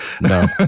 No